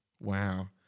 Wow